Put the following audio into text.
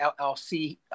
LLC